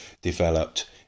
developed